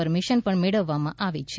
permission પણ મેળવવામાં આવી છે